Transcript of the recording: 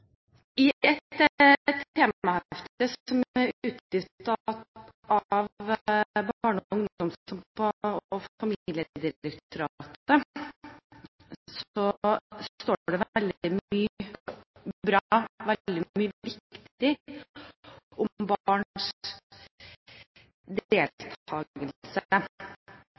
I et temahefte som er utgitt av Barne-, ungdoms- og familiedirektoratet, står det veldig mye bra, veldig mye viktig, om barns